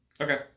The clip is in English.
Okay